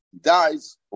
dies